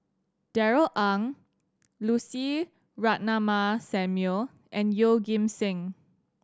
Darrell Ang Lucy Ratnammah Samuel and Yeoh Ghim Seng